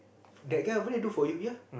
that guy over there do for you ya